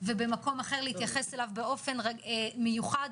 ובמקום אחר להתייחס אליו באופן מיוחד.